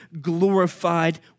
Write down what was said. glorified